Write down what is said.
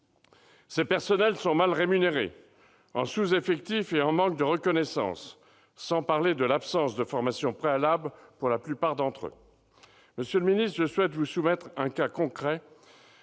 Ces personnels sont mal rémunérés, en sous-effectifs et en manque de reconnaissance, sans parler de l'absence de formation préalable pour la plupart d'entre eux. Monsieur le secrétaire d'État, je souhaite vous soumettre un cas concret